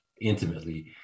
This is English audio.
intimately